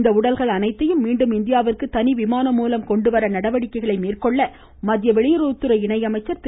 இந்த உடல்கள் அனைத்தையும் மீண்டும் இந்தியாவிற்கு தனி விமானம் மூலம் கொண்டுவர நடவடிக்கைகள் மேற்கொள்ள மத்திய வெளியுறவுத்துறை இணையமைச்சர் திரு